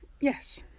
yes